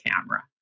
camera